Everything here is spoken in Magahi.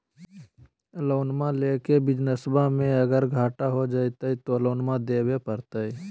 लोनमा लेके बिजनसबा मे अगर घाटा हो जयते तो लोनमा देवे परते?